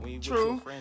true